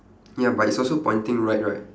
ya but it's also pointing right right